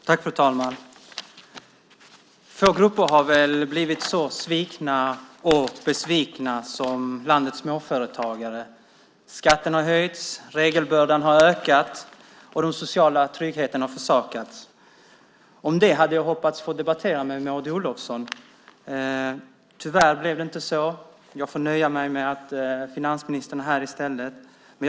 Fru talman! Det är väl få grupper som har blivit så svikna och besvikna som landets småföretagare. Skatten har höjts. Regelbördan har ökat. Den sociala tryggheten har försakats. Om det hade jag hoppats få debattera med Maud Olofsson. Tyvärr blev det inte så. Jag får nöja mig med att finansministern i stället är här.